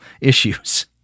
issues